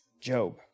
Job